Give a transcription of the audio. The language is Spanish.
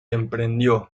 emprendió